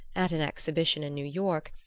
at an exhibition in new york,